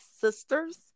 sisters